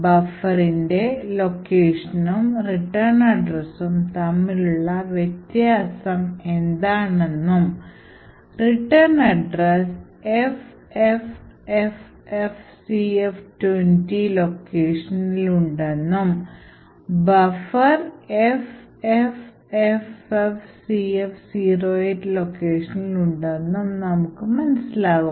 ബഫറിന്റെ locationവും റിട്ടേൺ അഡ്രസ്വും തമ്മിലുള്ള വ്യത്യാസം എന്താണെന്നും റിട്ടേൺ അഡ്രസ് FFFFCF20 ലൊക്കേഷനിൽ ഉണ്ടെന്നും ബഫർ FFFFCF08 ലൊക്കേഷനിൽ ഉണ്ടെന്നും നമുക്ക് മനസ്സിലാകും